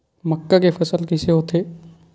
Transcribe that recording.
मक्का के फसल कइसे होथे?